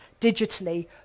digitally